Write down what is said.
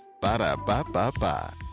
Ba-da-ba-ba-ba